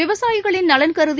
விவசாயிகளின் நலன்கருதி